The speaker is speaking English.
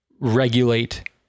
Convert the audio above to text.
regulate